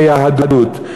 ביהדות.